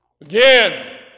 Again